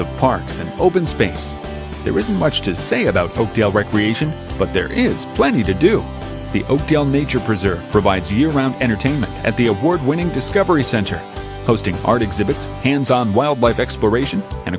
of parks and open space there isn't much to say about folktale recreation but there is plenty to do the deal nature preserve provides year round entertainment at the award winning discovery center hosting arctics of its hands on wildlife exploration and